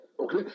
Okay